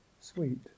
sweet